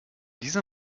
dieser